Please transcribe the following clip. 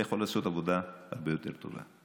אתה יכול לעשות עבודה הרבה יותר טובה.